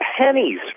pennies